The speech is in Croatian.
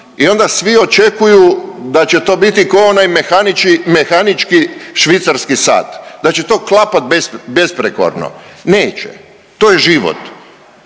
i onda svi očekuju da će to biti ko onaj mehanički švicarski sat, da će to klapat besprijekorno. Neće, to je život.